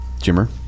Jimmer